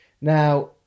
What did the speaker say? Now